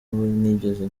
nigeze